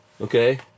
Okay